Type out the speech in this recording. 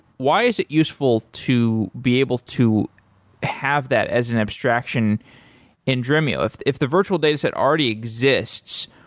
why is it useful to be able to have that as an abstraction in dremio? if if the virtual dataset already exists,